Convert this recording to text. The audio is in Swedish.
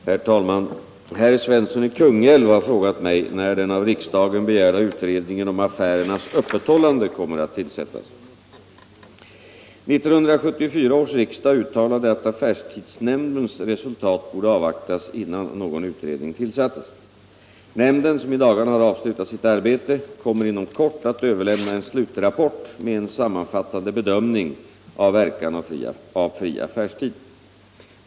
Herr talman! Herr Svensson i Kungälv har frågat mig när den av riksdagen begärda utredningen om affärernas öppethållande kommer att tillsättas. 1974 års riksdag uttalade att affärstidsnämndens resultat borde avvaktas innan någon utredning tillsattes. Nämnden, som i dagarna har avslutat sitt arbete, kommer inom kort att överlämna en slutrapport med en sammanfattande bedömning av verkan av fri affärstid.